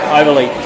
overly